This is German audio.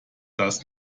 das